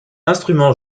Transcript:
instrument